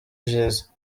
vyiza